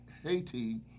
Haiti